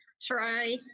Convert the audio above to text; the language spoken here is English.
try